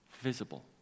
visible